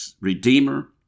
redeemer